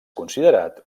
considerat